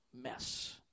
mess